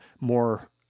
more